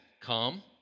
come